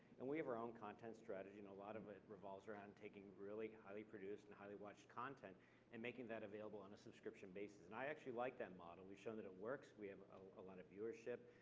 and we have our own content strategy, and a lot of it revolves around taking really highly produced and highly watched content and making that available on a subscription basis. and i actually like that model. we've shown that it works. we have a lot of viewership.